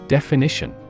Definition